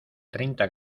treinta